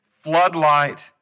floodlight